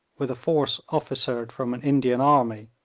with a force officered from an indian army,